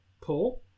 pull